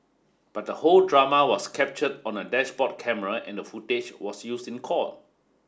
but the whole drama was captured on a dashboard camera and the footage was used in court